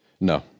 No